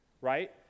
right